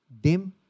dim